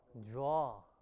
Draw